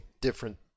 different